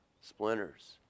Splinters